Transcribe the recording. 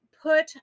put